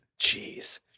Jeez